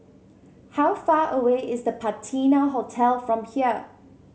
how far away is The Patina Hotel from here